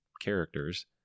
characters